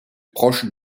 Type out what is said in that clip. proche